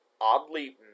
oddly